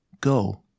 Go